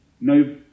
no